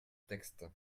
texte